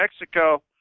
Mexico